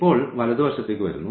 ഇപ്പോൾ വലതുവശത്തേക്ക് വരുന്നു